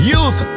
Youth